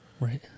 Right